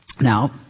Now